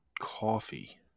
coffee